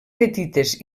petites